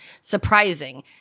surprising